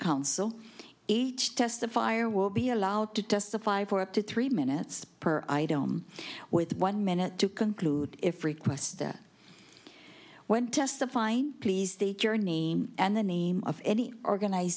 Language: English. counsel each testifier will be allowed to testify for up to three minutes per item with one minute to conclude if request it when testifying please take your name and the name of any organiz